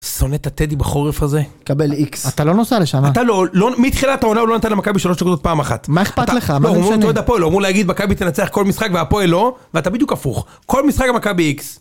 שונא את הטדי בחורף הזה. קבל איקס. אתה לא נוסע לשם. אתה לא, לא, מתחילת העונה הוא לא נתן למכבי 3 נקודות פעם אחת. מה אכפת לך, מה זה משנה? לא, הוא אמור להגיד, מכבי תנצח כל משחק והפועל לא, ואתה בדיוק הפוך. כל משחק המכבי איקס.